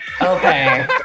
okay